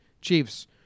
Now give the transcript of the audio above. Chiefs